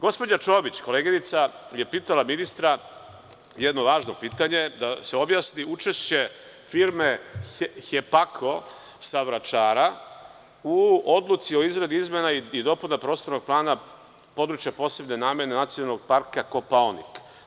Gospođa Čomić, koleginica, je pitala ministra jedno važno pitanje, da se objasni učešće firme „Hepako“ sa Vračara, u odluci o izradi izmena i dopuna prostornog plana područja posebne namene Nacionalnog parka Kopaonik.